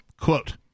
Quote